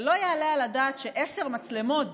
ולא יעלה על הדעת שעשר מצלמות,